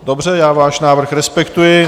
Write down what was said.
Dobře, já váš návrh respektuji.